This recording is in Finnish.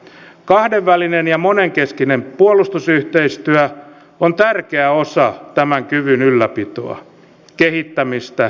kahdenvälinen ja monenkeskinen puolustusyhteistyö on tärkeä osa tämän kyvyn ylläpitoa kehittämistä ja ennaltaehkäisyä